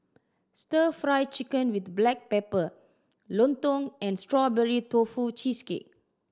Stir Fry Chicken with black pepper lontong and Strawberry Tofu Cheesecake